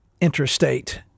interstate